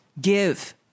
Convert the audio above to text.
give